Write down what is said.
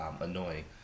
annoying